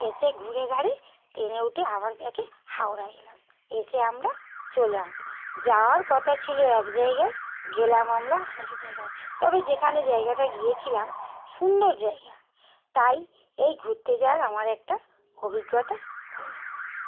এসে ঘুরেঘারে ট্রেনে উঠে আবার ব্যাকে হাওড়ায় এলাম এসে আমরা চললাম যাওয়ার কথা ছিল এক জায়গায় গেলাম আমরা আরেক জায়গায় তবে যেখানে জায়গটায় গিয়েছিলাম সুন্দর জায়গা তাই এই ঘুরতে যাওয়ার আমার একটা অভিজ্ঞতা হলো